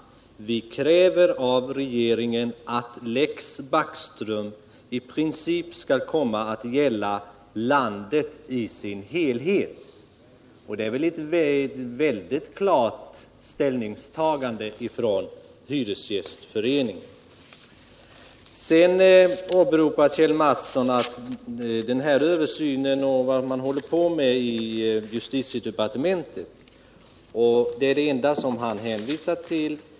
Man sade: Vi kräver av regeringen att Lex Backström i princip skall komma att gälla landet i dess helhet. — Jag tycker att det uttalandet innebär ett mycket klart ställningstagande från hyresgäströrelsen. Kjell Mattsson åberopar den översyn man arbetar med inom justitiedepartementet — det är det enda han i det här sammanhanget hänvisar till.